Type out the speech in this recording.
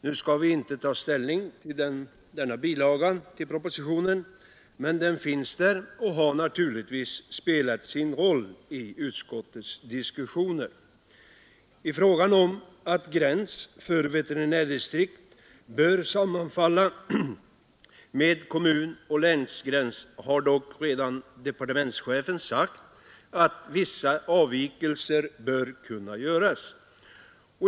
Nu skall vi inte ta ställning till denna bilaga till propositionen, men den finns där och har naturligtvis spelat sin roll i utskottets diskussioner. Beträffande förslaget att gräns för veterinärdistrikt bör sammanfalla med kommunoch länsgräns har dock redan departementschefen sagt att vissa avvikelser bör kunna göras.